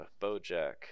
BoJack